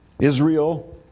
Israel